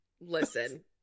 Listen